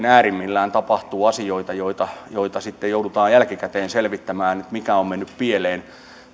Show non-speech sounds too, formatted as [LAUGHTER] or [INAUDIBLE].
[UNINTELLIGIBLE] äärimmillään tapahtuu asioita joita joita sitten joudutaan jälkikäteen selvittämään että mikä on mennyt pieleen